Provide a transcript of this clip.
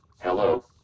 Hello